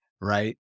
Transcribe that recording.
right